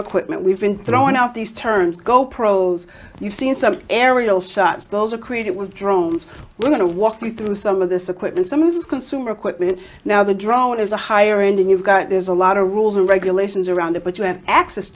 equipment we've been throwing out these terms go pros you've seen some aerial shots those are created with drones we're going to walk me through some of this equipment some of this is consumer equipment now the drone is a higher end and you've got there's a lot of rules and regulations around it but you have access